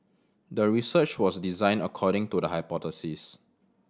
the research was designed according to the hypothesis